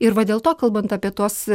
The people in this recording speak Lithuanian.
ir va dėl to kalbant apie tuos